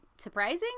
surprising